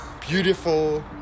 beautiful